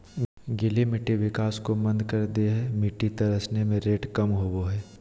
गीली मिट्टी विकास को मंद कर दे हइ मिटटी तरसने में रेत कम होबो हइ